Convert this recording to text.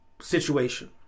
situation